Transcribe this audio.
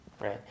right